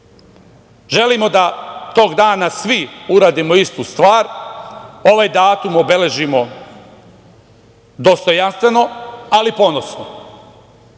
Želimo da tog dana svi uradimo istu stvar, ovaj datum obeležimo dostojanstveno, ali ponosno. Što